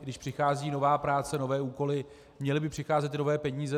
Když přichází nová práce, nové úkoly, měly by přicházet i nové peníze.